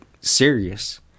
serious